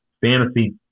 fantasy